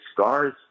scars